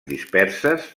disperses